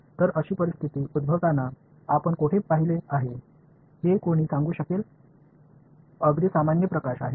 तर अशी परिस्थिती उद्भवताना आपण कोठे पाहिले आहे हे कोणी मला सांगू शकेल अगदी सामान्य प्रकाश आहे ना